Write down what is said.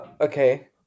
okay